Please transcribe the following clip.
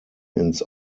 ins